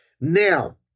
Now